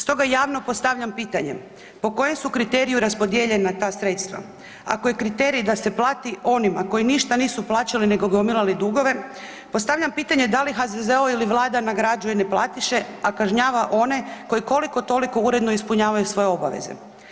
Stoga javno postavljam pitanje po kojem su kriteriju raspodijeljena ta sredstva, ako je kriterij da se plati onima koji ništa nisu plaćali nego gomilali dugove, postavljam pitanje da li HZZO ili Vlada nagrađuje neplatiše, a kažnjava one koji koliko toliko uredno ispunjavaju svoje obaveze.